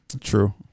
True